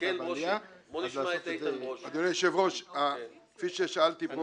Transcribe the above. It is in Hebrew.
כפי ששאלתי פה